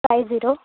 five zero